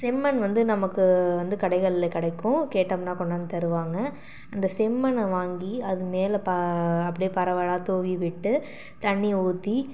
செம்மண் வந்து நமக்கு வந்து கடைகாலில் கிடைக்கும் கேட்டோம்னா கொண்டாந்து தருவாங்க அந்த செம்மண்ணை வாங்கி அது மேலே ப அப்டே பரவலாக தூவி விட்டு தண்ணி ஊற்றி